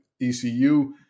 ECU